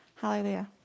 Hallelujah